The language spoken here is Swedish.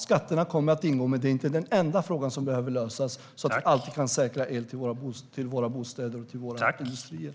Skatterna kommer att ingå, men det är inte den enda fråga som behöver lösas för att vi ska kunna säkra el till våra bostäder och industrier.